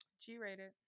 G-rated